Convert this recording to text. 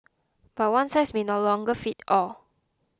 but one size may no longer fit all